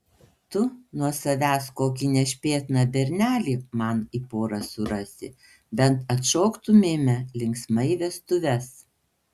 tu nuo savęs kokį nešpėtną bernelį man į porą surasi bent atšoktumėme linksmai vestuves